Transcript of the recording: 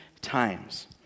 times